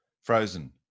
Frozen